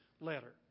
letter